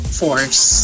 force